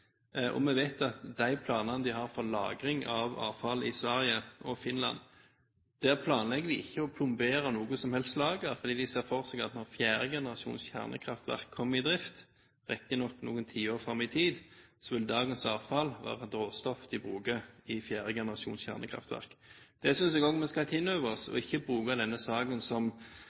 vi at man der ikke planlegger å plombere noe som helst lager, for de ser for seg at når fjerde generasjons kjernekraftverk kommer i drift, riktignok noen tiår fram i tid, vil dagens avfall være et råstoff de bruker. Det synes jeg vi skal ta inn over oss og ikke bruke denne saken